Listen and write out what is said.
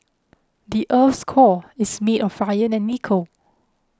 the earth's core is made of iron and nickel